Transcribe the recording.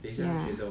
ya